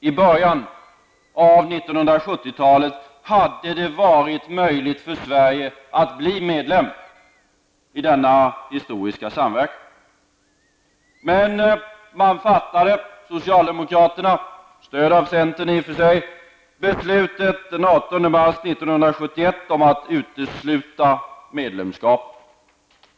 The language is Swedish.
I början av 1970-talet hade det varit möjligt för Sverige att bli medlem i denna historiska samverkan. Men socialdemokraterna, stödda av centern, fattade den 18 mars 1971 avgörandet att utesluta medlemskap.